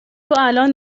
الان